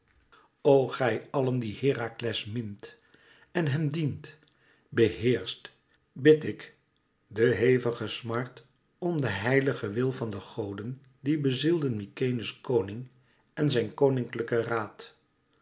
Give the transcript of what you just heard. o gij allen die herakles mint en hem dient beheerscht bid ik de hevige smart om den heiligen wil van de goden die bezielden mykenæ's koning en zijn koninklijken raad